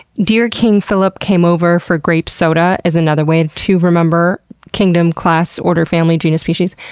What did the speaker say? dear king phillip came over for grape soda is another way to remember kingdom, class, order, family, genus, species.